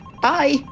Bye